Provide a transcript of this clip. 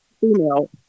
female